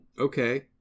okay